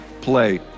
play